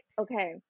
okay